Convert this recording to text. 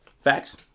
Facts